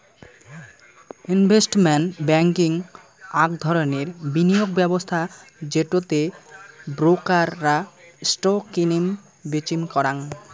investment banking আক ধরণের বিনিয়োগ ব্যবস্থা যেটো তে ব্রোকার রা স্টক কিনিম বেচিম করাং